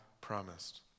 promised